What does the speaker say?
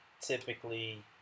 typically